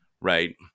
Right